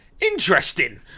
interesting